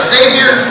Savior